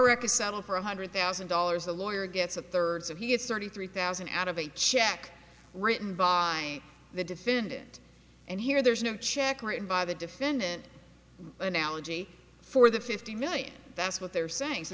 karaka settle for one hundred thousand dollars the lawyer gets a third so he had thirty three thousand at of a check written by the defendant and here there is no check written by the defendant analogy for the fifty million that's what they're saying so